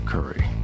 Curry